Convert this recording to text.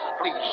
please